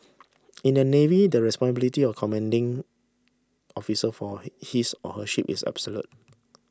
in the Navy the responsibility of commanding officer for he his or her ship is absolute